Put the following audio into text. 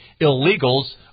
illegals